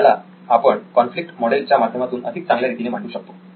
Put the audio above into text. याला आपण conflict model च्या माध्यमातून अधिक चांगल्या रितीने मांडू शकतो